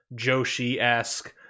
Joshi-esque